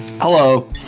Hello